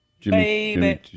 Jimmy